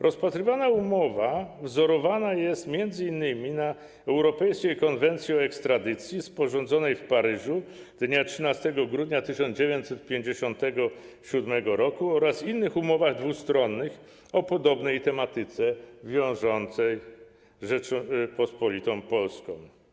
Rozpatrywana umowa wzorowana jest m.in. na Europejskiej konwencji o ekstradycji, sporządzonej w Paryżu dnia 13 grudnia 1957 r., oraz innych umowach dwustronnych o podobnej tematyce wiążących Rzeczpospolitą Polską.